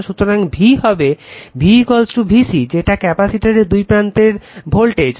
সুতরাং V হবে V VC যেটা ক্যাপাসিটরের দুই প্রান্তের ভোল্টেজ